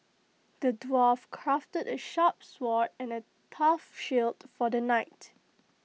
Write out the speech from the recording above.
the dwarf crafted A sharp sword and A tough shield for the knight